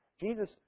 Jesus